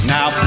Now